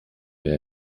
mehr